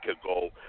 ago